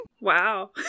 Wow